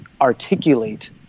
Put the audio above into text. articulate